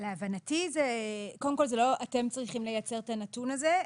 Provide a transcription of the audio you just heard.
קודם כל, זה לא אתם צריכים לייצר את הנתון הזה.